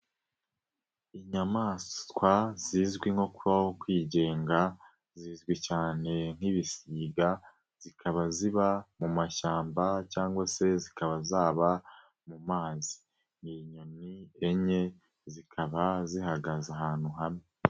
Inyamaswa zizwi nkoho kwigenga, zizwi cyane nk'ibisiga, zikaba ziba mu mashyamba cyangwa se zikaba zaba mu mazi. Ni inyoni enye, zikaba zihagaze ahantu hamwe.